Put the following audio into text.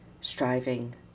striving